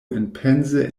enpense